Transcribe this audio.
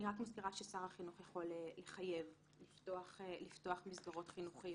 אני רק מזכירה ששר החינוך יכול לחייב לפתוח מסגרות חינוכיות.